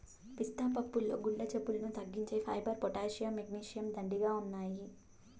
పిస్తా పప్పుల్లో గుండె జబ్బులను తగ్గించే ఫైబర్, పొటాషియం, మెగ్నీషియం, దండిగా ఉన్నాయి